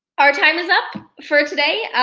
our time is up for today,